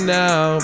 now